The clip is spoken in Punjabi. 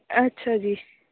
ਅੱਛਾ ਜੀ